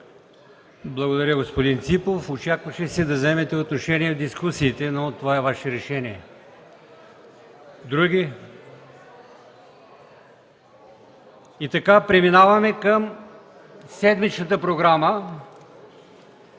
Благодаря, господин Ципов. Очакваше се да вземете участие в дискусиите, но това е Ваше решение. Други? Няма. Преминаваме към седмичната програма.